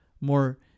more